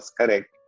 correct